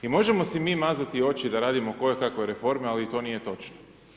I možemo si mi mazati oči da radimo kojekave reforme, ali to nije točno.